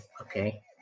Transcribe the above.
Okay